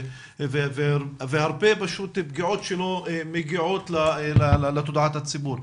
והרבה פגיעות שלא מגיעות לתודעת הציבור,